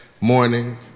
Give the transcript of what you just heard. morning